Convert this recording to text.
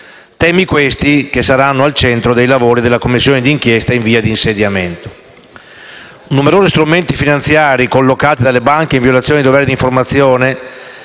Temi, questi, che saranno al centro dei lavori della Commissione di inchiesta in via di insediamento. Numerosi sono i casi di strumenti finanziari collocati dalle banche in violazione dei doveri di informazione